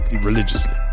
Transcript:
religiously